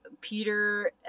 peter